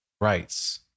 rights